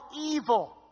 evil